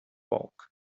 bulk